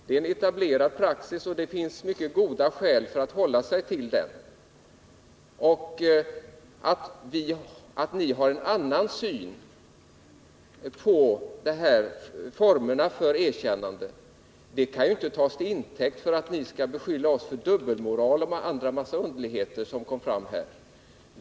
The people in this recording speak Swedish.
Det är en etablerad praxis, som det finns mycket goda skäl att hålla sig till. Att ni har en annan syn på formerna för erkännande kan inte tas till intäkt för att beskylla oss för dubbelmoral och en massa andra otillbörligheter.